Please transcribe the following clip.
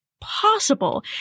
possible